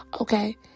Okay